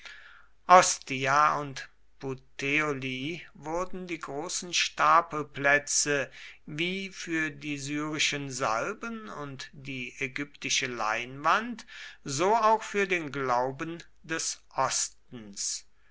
ostia und puteoli wurden die großen stapelplätze wie für die syrischen salben und die ägyptische leinwand so auch für den glauben des ostens